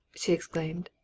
she exclaimed.